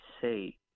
say